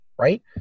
right